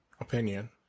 opinion